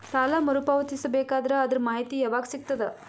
ಸಾಲ ಮರು ಪಾವತಿಸಬೇಕಾದರ ಅದರ್ ಮಾಹಿತಿ ಯವಾಗ ಸಿಗತದ?